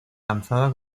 lanzada